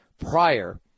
prior